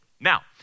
Now